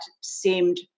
seemed